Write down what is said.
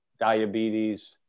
diabetes